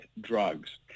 drugs